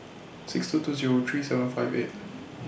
six two two Zero three seven five eight